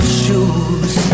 shoes